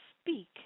speak